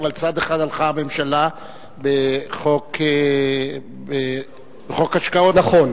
אבל צעד אחד הלכה הממשלה בחוק השקעות הון.